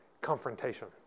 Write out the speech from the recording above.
confrontation